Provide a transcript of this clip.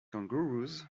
kangaroos